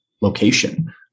location